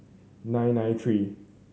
nine nine three